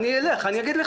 אי אפשר להעביר את